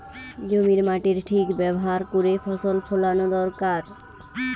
জমির মাটির ঠিক ব্যাভার কোরে ফসল ফোলানো দোরকার